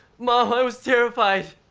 mom, i was terrified!